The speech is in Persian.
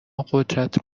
قدرت